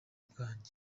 bwanjye